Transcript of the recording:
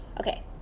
Okay